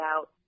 out